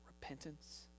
repentance